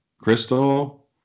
crystal